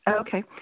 Okay